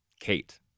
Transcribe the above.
Kate